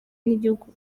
n’igihugu